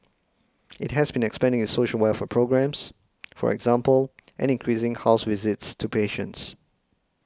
it has been expanding its social welfare programmes for example and increasing house visits to patients